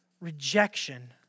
rejection